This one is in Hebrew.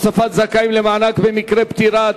הוספת זכאים למענק במקרה פטירה),